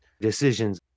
decisions